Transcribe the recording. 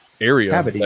area